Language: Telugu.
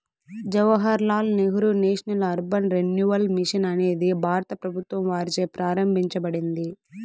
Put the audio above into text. Jawahar Lal Nehru national urban renewal mission అనేది భారత ప్రభుత్వం వారిచే ప్రారంభించబడింది